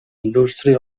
indústria